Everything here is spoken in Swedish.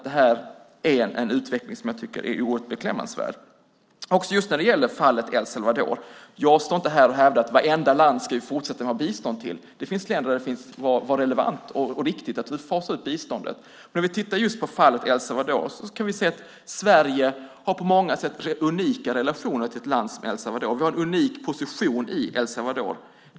Det är en utveckling som jag tycker är oerhört beklämmande. Jag står inte här och hävdar att vi ska ge bistånd till vartenda land i fortsättningen. Det finns länder där det var relevant och riktigt att fasa ut biståndet. Men Sverige har på många sätt unika relationer till ett land som El Salvador. Vi har en unik position i El Salvador.